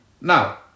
Now